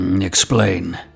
Explain